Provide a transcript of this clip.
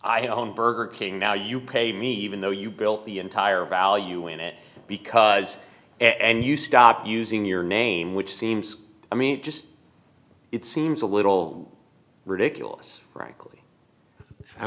home burger king now you paid me even though you built the entire value in it because and you stop using your name which seems i mean it just it seems a little ridiculous frankly i